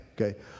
okay